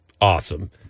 awesome